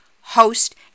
host